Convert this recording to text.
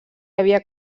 havia